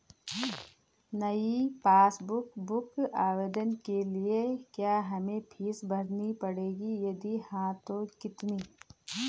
नयी passbook book आवेदन के लिए क्या हमें फीस भरनी पड़ेगी यदि हाँ तो कितनी?